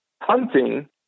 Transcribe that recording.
Hunting